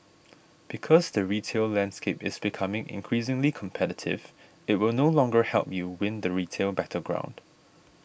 because the retail landscape is becoming increasingly competitive it will no longer help you win the retail battleground